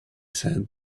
said